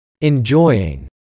enjoying